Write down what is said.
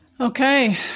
Okay